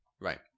Right